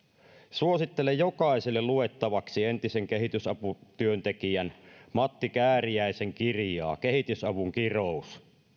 suosittelen jokaiselle luettavaksi entisen kehitysaputyöntekijän matti kääriäisen kirjaa kehitysavun kirous